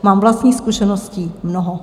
Mám vlastních zkušeností mnoho.